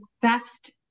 best